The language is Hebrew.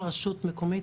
כל רשות מקומית,